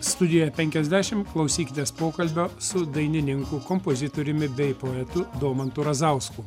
studijoj penkiasdešim klausykitės pokalbio su dainininku kompozitoriumi bei poetu domantu razausku